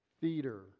theater